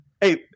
Hey